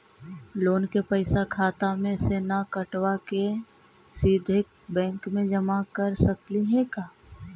Loan के पैसा खाता मे से न कटवा के सिधे बैंक में जमा कर सकली हे का?